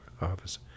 office